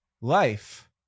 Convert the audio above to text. Life